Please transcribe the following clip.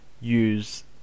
use